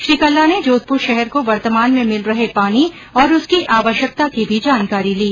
श्री कल्ला ने जोधपूर शहर को वर्तमान में मिल रहे पानी और उसकी आवश्यकता की भी जानकारी ली